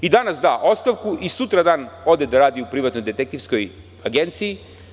On danas da ostavku, sutradan ode da radi u privatnoj detektivskoj agenciji.